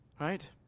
Right